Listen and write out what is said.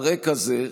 על רקע זה,